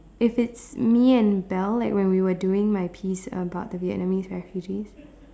if it's me and Belle like when we were doing my piece about the Vietnamese refugees